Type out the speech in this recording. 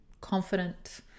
confident